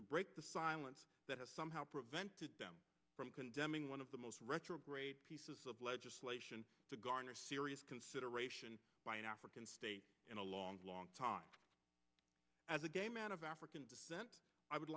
to break the silence that has somehow prevented them from condemning one of the most retrograde pieces of legislation to garner serious consideration by an african state in a long long time as a game out of african descent i would